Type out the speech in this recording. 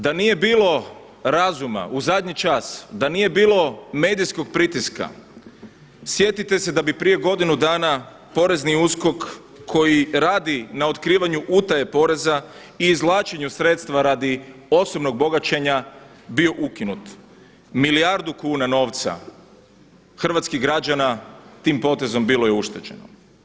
Da nije bilo razuma u zadnji čas, da nije bilo medijskog pritiska sjetite se da bi prije godinu dana Porezni USKOK koji radi na otkrivanju utaje poreza i izvlačenju sredstva radi osobnog bogaćenja bio ukinut, milijardu kuna novca hrvatskih građana tim potezom bilo je ušteđeno.